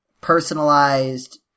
personalized